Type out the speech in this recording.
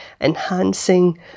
enhancing